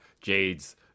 Jade's